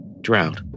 drought